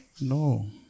No